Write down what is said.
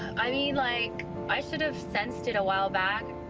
i mean, like i should have sensed it a while back,